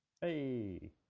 Hey